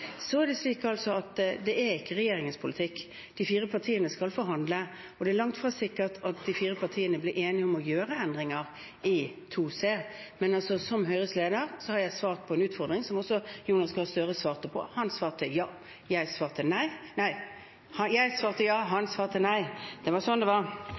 Så er det slik at det er ikke regjeringens politikk – de fire partiene skal forhandle, og det er langt fra sikkert at de blir enige om å gjøre endringer i § 2c. Men som Høyres leder har jeg svart på en utfordring som også Jonas Gahr Støre svarte på. Han svarte ja, jeg svarte nei. Nei, jeg svarte ja og han svarte nei – det var sånn det var.